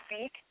speak